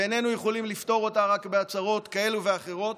ואיננו יכולים לפטור אותה רק בהצהרות כאלה ואחרות,